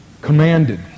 Commanded